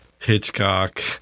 Hitchcock